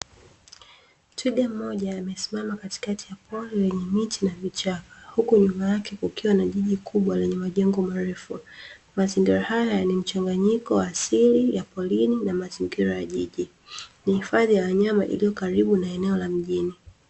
Twiga mmoja amesimama katikati ya pori lenye miti na vichaka, huku nyuma yake kukiwa na jiji kubwa lenye majengo marefu. Mazingira haya ni mchanganyiko wa asili ya porini na mazingira ya jiji ni hifadhi ya Wanyama ilio karibu na eneo la mjini.